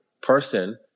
person